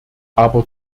aber